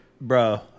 Bro